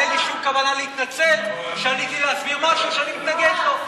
וגם אין לי שום כוונה להתנצל על שעליתי להסביר משהו שאני מתנגד לו.